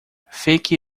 fique